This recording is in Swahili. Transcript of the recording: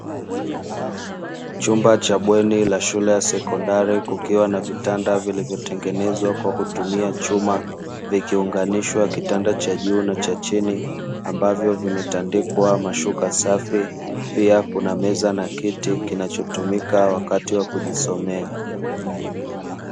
Chumba cha bweni la shule ya sekondari kukiwa na vitanda vilivyotengenezwa kwa kutumia chuma, vikiunganisha kuitanda cha juu na chini ambavyo vimetandikwa mashuka safi. Pia kuna meza na kiti kinachotumika wakati wa kujisomea.